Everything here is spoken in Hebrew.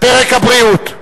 פרק הבריאות.